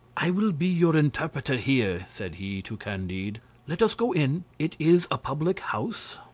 i will be your interpreter here, said he to candide let us go in, it is a public-house.